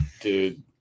Dude